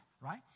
right